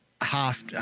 half